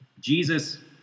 Jesus